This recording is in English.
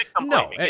no